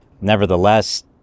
Nevertheless